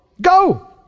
go